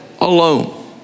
alone